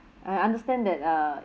I understand that uh